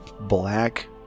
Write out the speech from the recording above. black